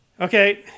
Okay